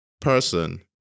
person